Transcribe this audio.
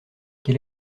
quel